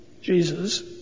Jesus